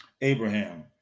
Abraham